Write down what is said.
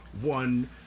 one